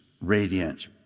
radiant